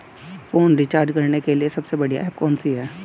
Phone recharge करने के लिए सबसे बढ़िया ऐप कौन सी है?